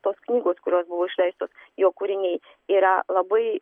tos knygos kurios buvo išleistos jo kūriniai yra labai